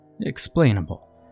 Explainable